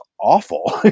awful